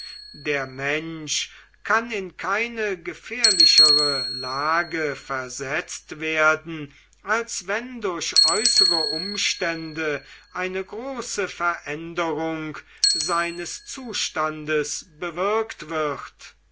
der mensch kann in keine gefährlichere lage versetzt werden als wenn durch äußere umstände eine große veränderung seines zustandes bewirkt wird